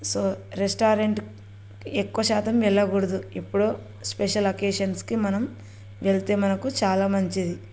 so restaurant ఎక్కువ శాతం వెళ్ళకూడదు ఎప్పుడో స్పెషల్ అకేషన్స్కి మనం వెళితే మనకు చాలా మంచిది